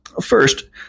First